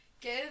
Give